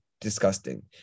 disgusting